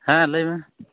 ᱦᱮᱸ ᱞᱟᱹᱭᱢᱮ